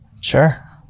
sure